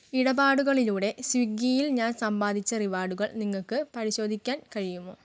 ഇടപാടുകളിലൂടെ സ്വിഗ്ഗിയിൽ ഞാൻ സമ്പാദിച്ച റിവാർഡുകൾ നിങ്ങൾക്ക് പരിശോധിക്കാൻ കഴിയുമോ